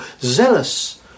zealous